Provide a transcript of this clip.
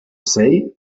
say